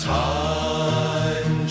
time